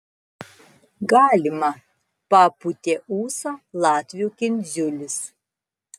galima papūtė ūsą latvių kindziulis